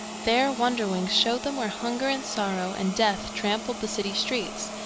there wonderwings showed them where hunger and sorrow and death trampled the city streets,